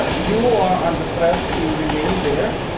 ah you are under threat to remain there.